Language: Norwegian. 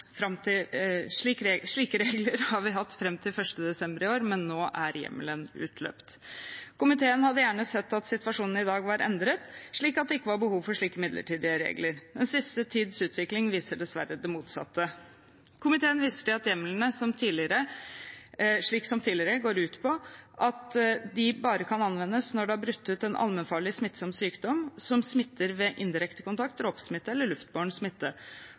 fram til 1. juli 2022. Slike regler har vi hatt fram til 1. desember i år, men nå er hjemmelen utløpt. Komiteen hadde gjerne sett at situasjonen i dag var endret, slik at det ikke var behov for slike midlertidige regler. Den siste tids utvikling viser dessverre det motsatte. Komiteen viser til at hjemlene, som tidligere, går ut på at de bare kan anvendes når det har brutt ut en allmennfarlig smittsom sykdom som smitter ved indirekte kontakt, dråpesmitte eller luftbåren smitte,